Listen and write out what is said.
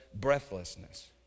breathlessness